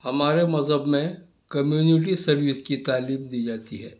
ہمارے مذہب میں کمیونیٹی سروس کی تعلیم دی جاتی ہے